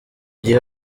gihe